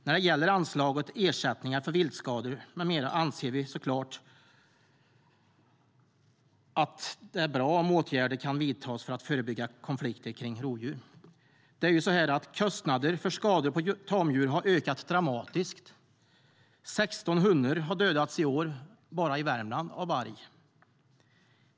När det gäller anslaget för ersättningar för viltskador med mera anser vi såklart att det är bra om åtgärder kan vidtas för att förebygga konflikter kring rovdjur. Kostnaderna för skador på tamdjur har ökat dramatiskt. 16 hundar har dödats av varg i år bara i Värmland.